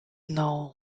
known